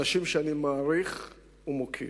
אנשים שאני מעריך ומוקיר.